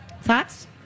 Thoughts